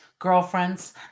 Girlfriends